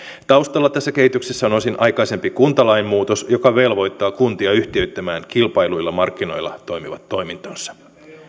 taustalla tässä kehityksessä on osin aikaisempi kuntalain muutos joka velvoittaa kuntia yhtiöittämään kilpailluilla markkinoilla toimivat toimintonsa